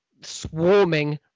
swarming